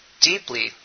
deeply